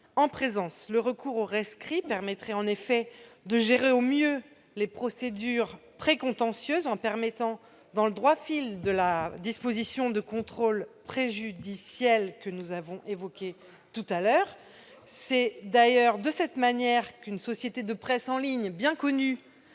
en présence. Le recours au rescrit permettrait en effet de gérer au mieux les procédures précontentieuses, dans le droit fil de la disposition de contrôle préjudiciel que nous avons évoquée précédemment. C'est d'ailleurs de cette manière qu'une société de presse en ligne, bien connue